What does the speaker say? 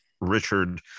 Richard